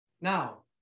Now